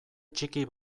txiki